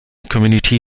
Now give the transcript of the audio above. comedy